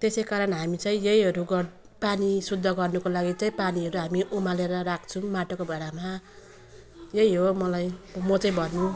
त्यसै कारण हामी चाहिँ यहीहरू गरी पानी शुद्ध गर्नुको लागि त पानीहरू हामी उमालेर राख्छौँ माटोको भाँडामा यही हो मलाई म चाहिँ भन्नु